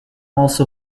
also